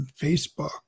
Facebook